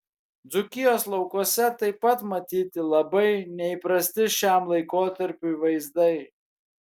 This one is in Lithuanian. dzūkijos laukuose taip pat matyti labai neįprasti šiam laikotarpiui vaizdai